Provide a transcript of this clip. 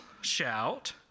shout